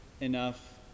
enough